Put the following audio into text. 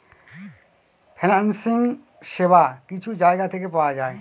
financing সেবা কিছু জায়গা থেকে পাওয়া যেতে পারে